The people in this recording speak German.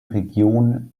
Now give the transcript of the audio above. region